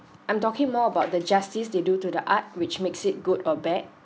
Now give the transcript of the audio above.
I'm talking more about the justice they do to the art which makes it good or bad